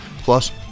plus